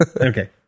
okay